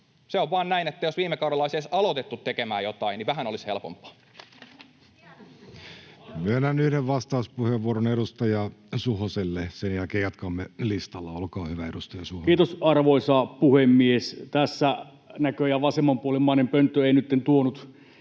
Se on vaan näin, että jos viime kaudella olisi edes aloitettu tekemään jotain, niin vähän olisi helpompaa. Myönnän yhden vastauspuheenvuoron edustaja Suhoselle. Sen jälkeen jatkamme listalla. — Olkaa hyvä, edustaja Suhonen. Kiitos, arvoisa puhemies! Tässä näköjään vasemmanpuolimmainen pönttö ei nytten tuonut